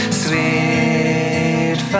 sweet